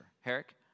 Herrick